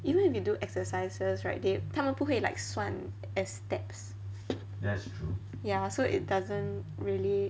even if you do exercises right they 他们不会 like 算 as steps ya so it doesn't really